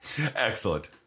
Excellent